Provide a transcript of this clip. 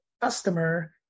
Customer